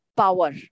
power